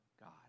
God